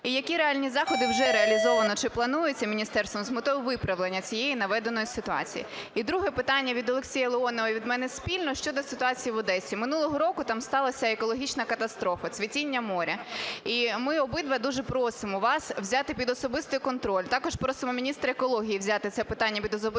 І які реальні заходи вже реалізовано, чи плануються міністерством з метою виправлення цієї наведеної ситуації? І друге питання від Олексія Леонова і від мене спільно щодо ситуації в Одесі. Минулого року там сталась екологічна катастрофа – цвітіння моря. І ми обидва дуже просимо вас взяти під особистий контроль, також просимо міністра екології взяти це питання під особистий